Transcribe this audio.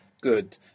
Good